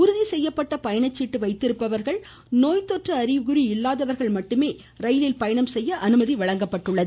உறுதி செய்யப்பட்ட பயணச்சீட்டு வைத்திருப்பவர்கள் நோய்த்தொற்று அறிகுறி இல்லாதவர்கள் மட்டுமே ரயிலில் பயணம் செய்ய அனுமதி வழங்கப்பட்டுள்ளது